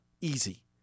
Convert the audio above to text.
easy